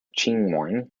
chongqing